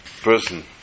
person